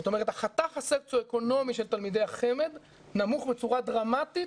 זאת אומרת החתך הסוציו אקונומי של תלמידי החמ"ד נמוך בצורה דרמטית